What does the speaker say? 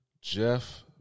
Jeff